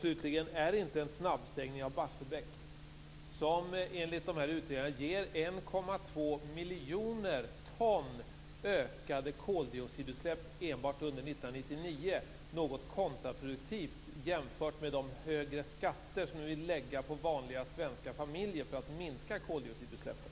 Slutligen: Är inte en snabbstängning av Barsebäck, som enligt utredningarna ökar koldioxidsutsläppen med 1,2 miljoner ton enbart under 1999 något kontraproduktivt jämfört med de högre skatter som ni vill lägga på vanliga svenska familjer för att minska koldioxidutsläppen?